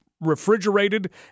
Refrigerated